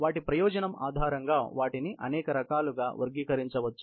వాటి ప్రయోజనం ఆధారంగా వాటిని అనేక రకాలుగా వర్గీకరించవచ్చు